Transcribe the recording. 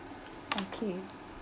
thank you